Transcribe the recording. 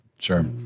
Sure